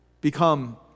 become